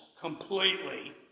completely